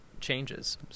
changes